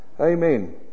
Amen